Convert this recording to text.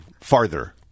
farther